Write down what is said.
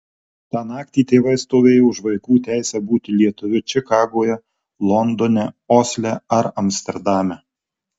tą naktį tėvai stovėjo už vaikų teisę būti lietuviu čikagoje londone osle ar amsterdame